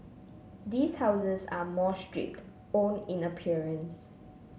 these houses are more stripped own in appearance